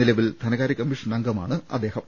നിലവിൽ ധനകാരൃ കമ്മീഷൻ അംഗമാണ് അദ്ദേ ഹം